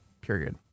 Period